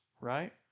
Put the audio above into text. right